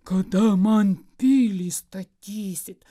kada man pilį statysit